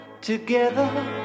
Together